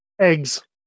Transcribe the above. Eggs